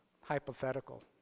hypothetical